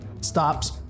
stops